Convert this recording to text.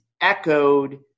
echoed